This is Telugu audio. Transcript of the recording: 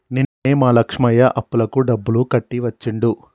నిన్ననే మా లక్ష్మయ్య అప్పులకు డబ్బులు కట్టి వచ్చిండు